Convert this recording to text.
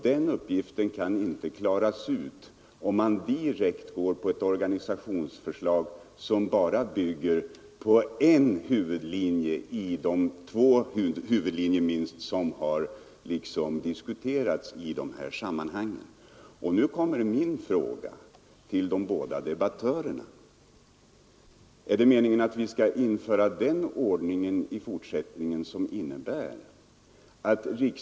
Den uppgiften kan inte lösas om man direkt inriktar sig på ett omorganisationsförslag som bara bygger på en av de två huvudlinjer som har diskuterats i de här sammanhangen.